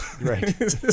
Right